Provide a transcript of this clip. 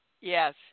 yes